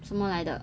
什么来的